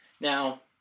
Now